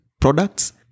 products